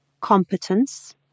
Competence